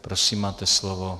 Prosím, máte slovo.